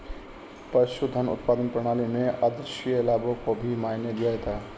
पशुधन उत्पादन प्रणाली में आद्रशिया लाभों को भी मायने दिया जाता है